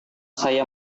saya